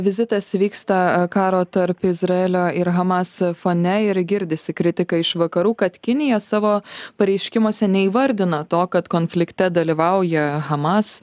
vizitas vyksta karo tarp izraelio ir hamas fone ir girdisi kritika iš vakarų kad kinija savo pareiškimuose neįvardina to kad konflikte dalyvauja hamas